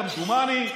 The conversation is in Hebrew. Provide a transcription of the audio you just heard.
כמדומני,